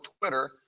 Twitter